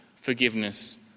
forgiveness